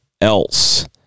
else